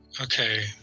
Okay